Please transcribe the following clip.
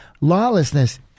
lawlessness